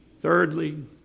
thirdly